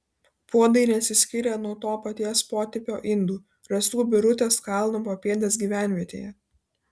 puodai nesiskyrė nuo to paties potipio indų rastų birutės kalno papėdės gyvenvietėje